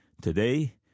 Today